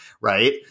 right